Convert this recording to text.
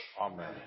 Amen